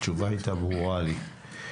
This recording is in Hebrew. התשובה הייתה ברורה לי.